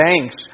thanks